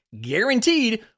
guaranteed